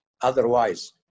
otherwise